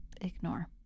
Ignore